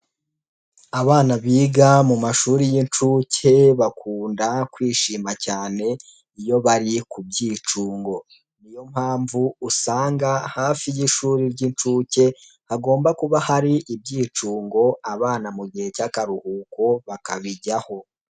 Abana biga mu mashuri y'inshuke bakunda kwishima cyane iyo bari ku by'icungo, niyo mpamvu usanga hafi y'ishuri ry'inshuke hagomba kuba hari ibyicungo, abana mu gihe cy'akaruhuko bakabijyaho.